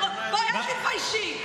בואי, אל תתביישי.